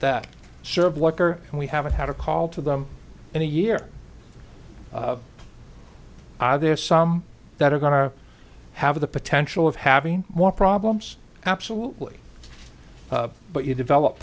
that serve walker and we haven't had a call to them in a year are there some that are going to have the potential of having more problems absolutely but you develop